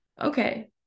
Okay